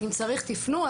אם צריך תפנו,